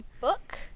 book